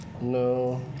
no